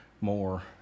more